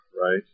right